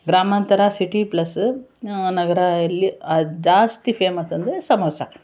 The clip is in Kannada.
ಗ್ರಾಮಾಂತರ ಸಿಟಿ ಪ್ಲಸ್ ನಗರ ಇಲ್ಲಿ ಅದು ಜಾಸ್ತಿ ಫೇಮಸ್ ಅಂದರೆ ಸಮೋಸ